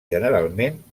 generalment